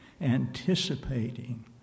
anticipating